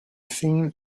seen